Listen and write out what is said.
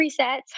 presets